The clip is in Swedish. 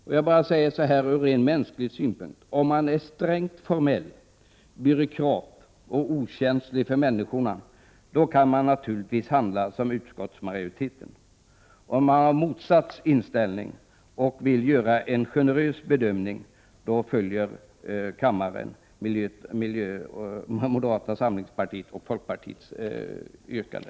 Låt mig bara säga så här, ur rent mänsklig synpunkt: Om man är strängt formell, byråkratisk och okänslig för människorna, då kan man naturligtvis handla som utskottsmajoriteten. Om man har motsatt inställning och vill göra en generös bedömning, då följer kammaren vårt särskilda yttrande.